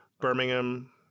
Birmingham